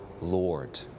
Lord